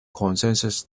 consensus